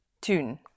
tun